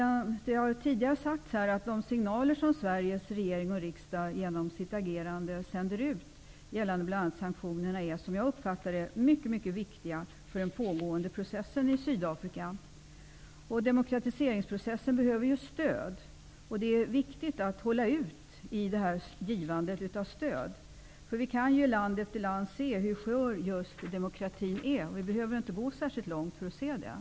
Det har tidigare sagts här att de signaler som Sveriges regering och riksdag, genom sitt agerande, sänder ut bl.a. gällande sanktionerna, är mycket viktiga för den pågående processen i Sydafrika. Demokratiseringsprocessen behöver stöd. Det är viktigt att hålla ut i givandet av stöd. I land efter land kan vi ju se hur skör demokratin är. Vi behöver inte gå särskilt långt för att se det.